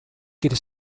quiere